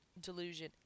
delusion